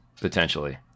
potentially